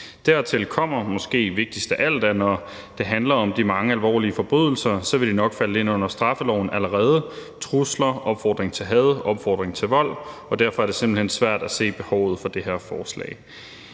Dertil kommer – måske vigtigst af alt – at når det handler om de mange alvorlige forbrydelser, vil det nok falde ind under straffeloven allerede, f.eks. hvis der er tale om trusler, opfordring til had, opfordring til vold. Derfor er det simpelt hen svært at se behovet for det her forslag.